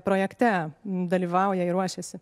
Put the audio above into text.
projekte dalyvauja ir ruošiasi